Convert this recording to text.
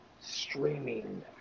streaming